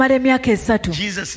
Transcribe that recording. Jesus